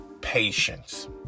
patience